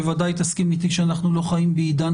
בוודאי תסכים איתי שאנחנו לא חיים בעידן